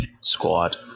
squad